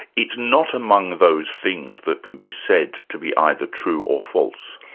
it's not among those things that can be said to be either true or false?